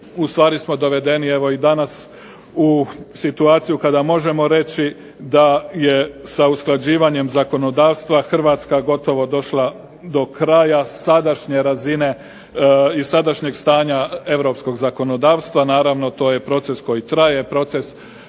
i ustvari smo dovedeni evo i danas u situaciju kada možemo reći da je sa usklađivanjem zakonodavstva Hrvatska gotovo došla do kraja sadašnje razine i sadašnjeg stanja europskog zakonodavstva, naravno to je proces koji traje, proces